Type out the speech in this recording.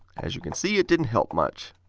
as you can see it didn't help much.